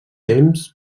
temps